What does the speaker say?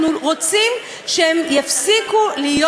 אנחנו רוצים שהם יפסיקו להיות